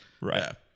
Right